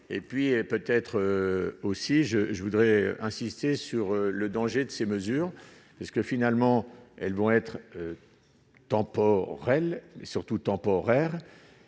et puis peut-être aussi je je voudrais insister sur le danger de ces mesures est-ce que finalement elles vont être temporel et surtout temporaire.